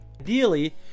Ideally